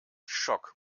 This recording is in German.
schock